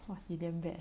!wah! you damn bad